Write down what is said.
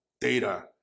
data